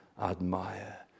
admire